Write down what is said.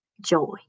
Joy